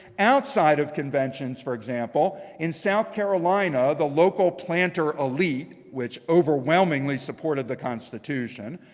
outside of conventions, for example, in south carolina the local planter elite, which overwhelmingly supported the constitution,